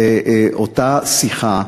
אותה שיחה,